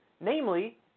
Namely